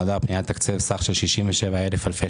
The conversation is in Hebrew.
נועדה הפנייה לתקצב סך של 67,000 אלפי